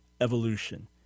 evolution